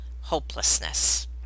hopelessness